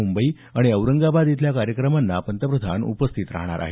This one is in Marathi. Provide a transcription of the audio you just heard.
मुंबई आणि औरंगाबाद इथल्या कार्यक्रमांना पंतप्रधान उपस्थित राहणार आहेत